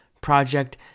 project